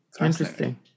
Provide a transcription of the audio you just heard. Interesting